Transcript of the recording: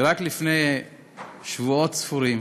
שרק לפני שבועות ספורים